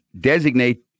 designate